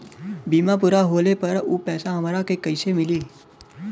बीमा पूरा होले पर उ पैसा हमरा के कईसे मिली?